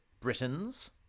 Britons